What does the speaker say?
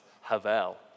Havel